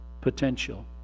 potential